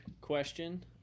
question